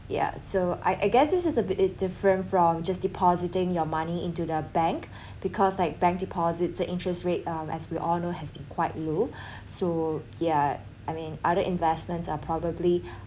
yeah so I guess this is a bit different from just depositing your money into the bank because like bank deposits the interest rate um as we all know has been quite low so yeah I mean other investments are probably